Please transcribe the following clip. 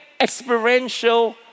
experiential